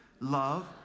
Love